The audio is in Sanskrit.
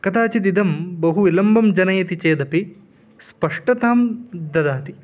कदाचिदिदं बहु विलम्बं जनयति चेदपि स्पष्टतां ददाति